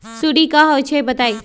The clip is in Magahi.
सुडी क होई छई बताई?